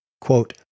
Quote